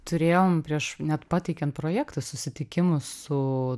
turėjom prieš net pateikiant projektus susitikimus su